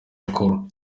bakuru